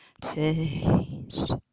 taste